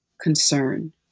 concern